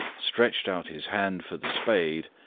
stretched out his hand for the spade,